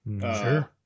Sure